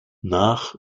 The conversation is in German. nach